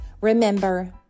Remember